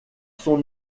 son